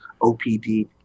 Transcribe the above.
OPD